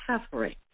suffering